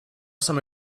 some